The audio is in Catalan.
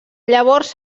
llavors